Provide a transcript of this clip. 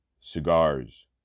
cigars